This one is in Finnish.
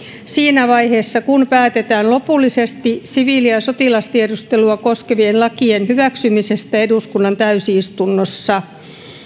siinä vaiheessa kun päätetään lopullisesti siviili ja ja sotilastiedustelua koskevien lakien hyväksymisestä eduskunnan täysistunnossa